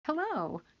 Hello